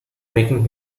making